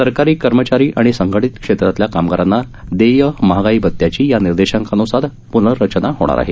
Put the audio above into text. सरकारी कर्मचारी आणि संघटित क्षेत्रातल्या कामगारांना देय महागाई भत्याची या निर्देशांकानुसार पुनर्रचना होईल